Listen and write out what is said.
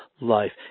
life